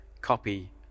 copy